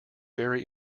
very